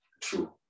true